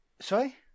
Sorry